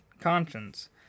conscience